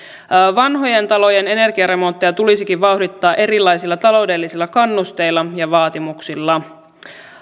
vanhojen talojen energiaremontteja tulisikin vauhdittaa erilaisilla taloudellisilla kannusteilla ja vaatimuksilla